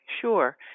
Sure